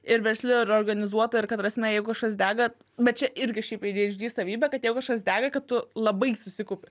ir versli ir organizuota ir ta prasme jeigu kažkas dega bet čia irgi šiaip adhd savybė kad jei kažkas dega kad tu labai susikaupi